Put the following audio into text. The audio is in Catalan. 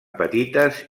petites